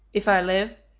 if i live,